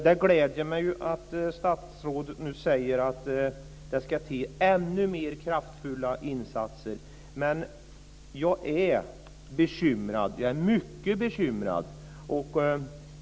Det gläder mig att statsrådet nu säger att det ska till ännu kraftfullare insatser men jag är ändå mycket bekymrad.